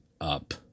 up